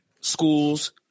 schools